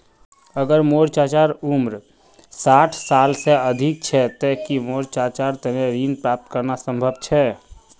अगर मोर चाचा उम्र साठ साल से अधिक छे ते कि मोर चाचार तने ऋण प्राप्त करना संभव छे?